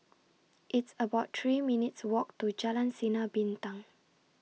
It's about three minutes' Walk to Jalan Sinar Bintang